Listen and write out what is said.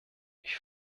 ich